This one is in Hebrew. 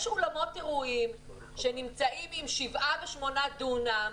יש אולמות אירועים שנמצאים עם שבעה ושמונה דונם,